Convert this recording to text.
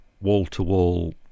wall-to-wall